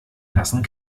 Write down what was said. lassen